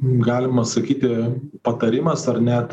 galima sakyti patarimas ar net